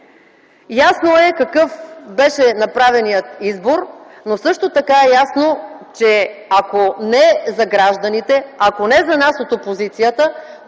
Ясно е какъв беше направеният избор, но също така е ясно, че ако не за гражданите, ако не за нас от опозицията,